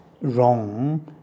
wrong